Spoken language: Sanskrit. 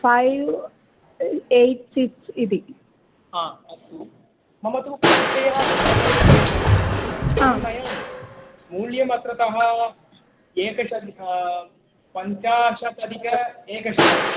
फ़ैव् एय्ट् सिक्स् इति आ अस्तु मम तु परिचयः स्थलमेव इति मन्ये आं नयामि मूल्यमत्रतः एकशतं पञ्चाशतधिकैकशतं